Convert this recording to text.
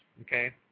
okay